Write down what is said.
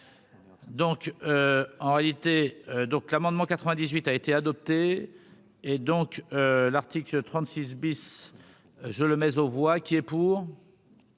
Donc, en réalité, donc l'amendement 98 a été adopté et donc l'article 36 bis, je le mettre aux voix qui est pour.